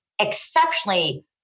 exceptionally